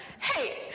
Hey